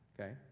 okay